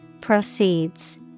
Proceeds